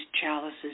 chalices